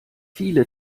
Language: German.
viele